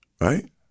right